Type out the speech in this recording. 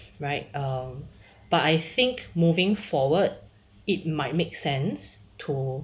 right err but I think moving forward it might make sense to